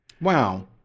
Wow